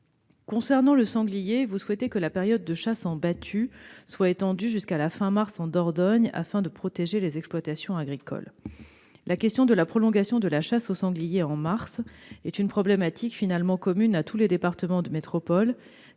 Concernant le sanglier, vous souhaitez que la période de chasse en battue soit étendue jusqu'à la fin mars en Dordogne afin de protéger les exploitations agricoles. La question de la prolongation de la chasse du sanglier en mars est une problématique commune à tous les départements de métropole,